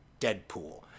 Deadpool